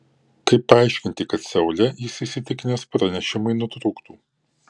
kaip paaiškinti kad seule jis įsitikinęs pranešimai nutrūktų